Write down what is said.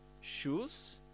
shoes